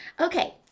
Okay